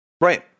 Right